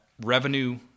revenue